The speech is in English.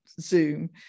Zoom